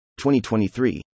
2023